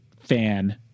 fan